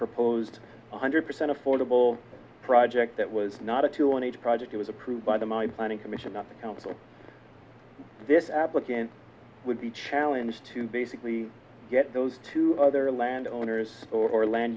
proposed one hundred percent affordable project that was not a two hundred project it was approved by the my planning commission not the council this applicant would be challenge to basically get those two other landowners or land